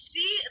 See